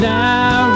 now